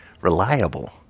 reliable